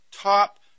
top